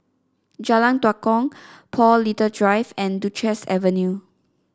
Jalan Tua Kong Paul Little Drive and Duchess Avenue